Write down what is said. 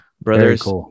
brothers